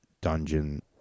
dungeon